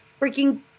freaking